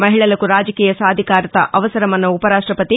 మహిళలకు రాజకీయ సాధికారత అవసరమన్న ఉపరాష్టపతి